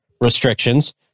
restrictions